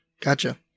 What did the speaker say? Gotcha